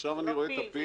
עכשיו אני רואה את הפיל.